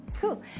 Cool